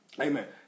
Amen